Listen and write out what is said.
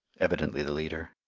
evidently the leader.